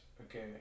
okay